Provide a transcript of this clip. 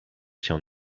się